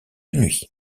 nuit